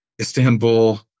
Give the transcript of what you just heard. Istanbul